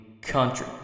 country